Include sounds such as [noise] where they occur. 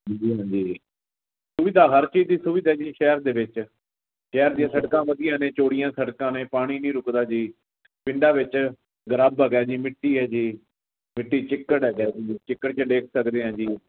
[unintelligible] ਸੁਵਿਧਾ ਹਰ ਚੀਜ਼ ਦੀ ਸੁਵਿਧਾ ਹੈਗੀ ਸ਼ਹਿਰ ਦੇ ਵਿੱਚ ਸ਼ਹਿਰ ਦੀਆਂ ਸੜਕਾਂ ਵਧੀਆ ਨੇ ਚੌੜੀਆਂ ਸੜਕਾਂ ਨੇ ਪਾਣੀ ਨਹੀਂ ਰੁਕਦਾ ਜੀ ਪਿੰਡਾਂ ਵਿੱਚ ਗਰੱਬ ਹੈਗਾ ਜੀ ਮਿੱਟੀ ਹੈ ਜੀ ਮਿੱਟੀ ਚਿੱਕੜ ਹੈਗੇ ਜੀ ਚਿੱਕੜ 'ਚ ਡਿੱਗ ਸਕਦੇ ਆ ਜੀ